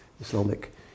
Islamic